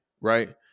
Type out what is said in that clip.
right